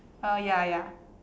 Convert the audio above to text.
oh ya ya